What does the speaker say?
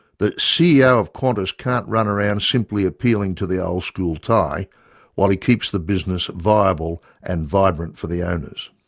the ceo of qantas can't run around simply appealing to the old school tie while he keeps the business viable and vibrant for the owners.